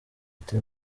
ati